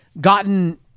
gotten